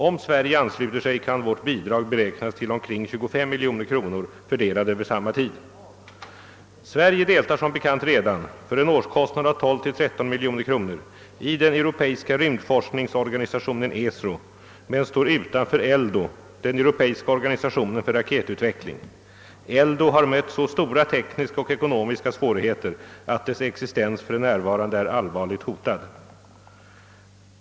Om Sverige ansluter sig kan vårt bidrag beräknas till omkring 25 miljoner kronor fördelade över samma tid. Sverige deltar som bekant redan — för en årskostnad av 12—13 miljoner kronor — i den europeiska rymdforskningsorganisationen ESRO, men står utanför ELDO, den europeiska organisationen för raketutveckling. ELDO har mött så stora tekniska och ekonomiska svårigheter att dess existens f.n. är allvarligt hotad.